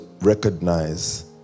recognize